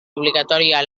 obligatòria